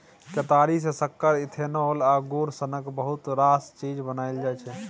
केतारी सँ सक्कर, इथेनॉल आ गुड़ सनक बहुत रास चीज बनाएल जाइ छै